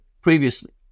previously